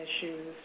issues